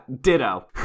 ditto